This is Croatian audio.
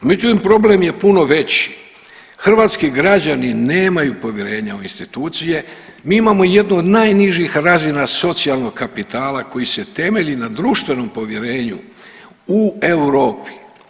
Međutim, problem je puno veći, hrvatski građani nemaju povjerenja u institucije, mi imamo jednu od najnižih razina socijalnog kapitala koji se temelji na društvenom povjerenju u Europi.